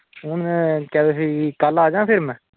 हून में कल आई जांऽ फिर में